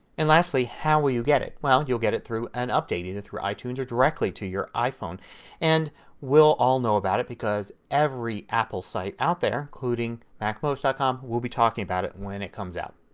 and lastly, how will you get it? well you will get it through an update either through itunes or directly to your iphone and we will all know about it because every apple site out there, including macmost com, will be talking about it when it comes out.